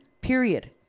period